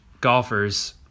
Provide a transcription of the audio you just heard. golfers